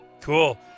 Cool